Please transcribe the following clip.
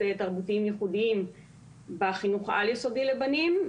תרבותיים ייחודיים בחינוך העל-יסודי לבנים.